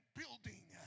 building